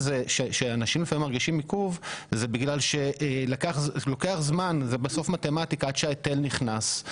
שאנשים לפעמים מרגישים עיכוב זה כי לוקח זמן עד שההיטל נכנס,